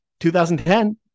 2010